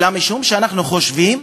אלא משום שאנחנו חושבים,